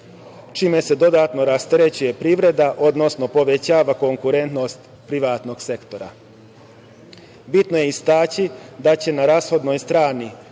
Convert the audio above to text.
čime se dodatno rasterećuje privreda, odnosno povećava konkurentnost privatnog sektora. Bitno je istaći na rashodnoj strani